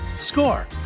Score